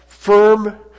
Firm